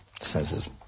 senses